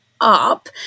up